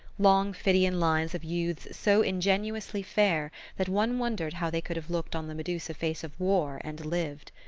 long phidian lines of youths so ingenuously fair that one wondered how they could have looked on the medusa face of war and lived.